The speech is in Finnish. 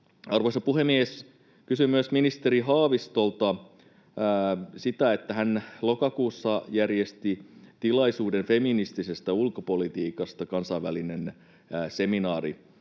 Arvoisa puhemies! Kysyn myös ministeri Haavistolta siitä, kun hän lokakuussa järjesti tilaisuuden feministisestä ulkopolitiikasta — kansainvälinen seminaari